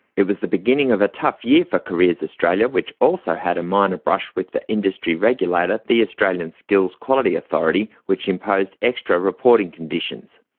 it was the beginning of a tough year for careers australia, which also had a minor brush with the industry regulator the australian skills quality authority, which imposed extra reporting conditions.